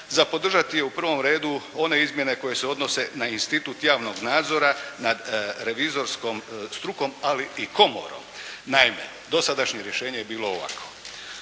za podržati je u prvom redu one izmjene koje se odnose na institut javnog nadzora nad revizorskom strukom ali i komorom. Naime, dosadašnje rješenje je bilo ovakvo.